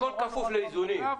הכול כפוף לאיזונים.